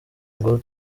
ngo